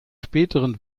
späteren